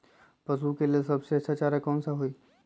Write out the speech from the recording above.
पशु के लेल सबसे अच्छा कौन सा चारा होई?